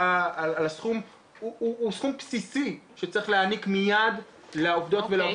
הוא סכום בסיסי שצריך להעניק מייד לעובדות ולעובדים